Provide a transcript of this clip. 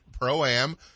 pro-am